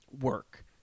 work